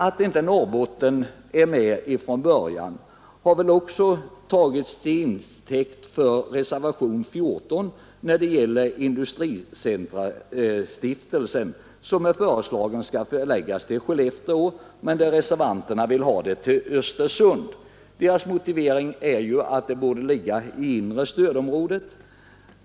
Att Norrbotten inte är med från början har tagits till intäkt för reservationen 14 när det gäller industricentrastiftelsen, som enligt förslaget skall förläggas till Skellefteå. Reservanterna vill emellertid förlägga den till Östersund. Deras motivering är att den borde ligga i inre stödområdet.